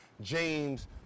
James